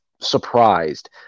surprised